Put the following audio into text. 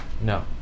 No